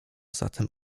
zatem